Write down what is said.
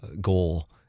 goal